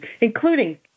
including